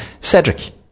Cedric